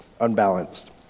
unbalanced